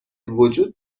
وجود